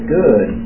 good